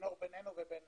הצינור בינינו לבין